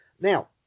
now